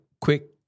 quick